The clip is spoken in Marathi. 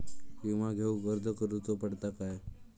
विमा घेउक अर्ज करुचो पडता काय?